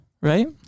right